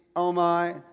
oh my,